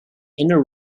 inner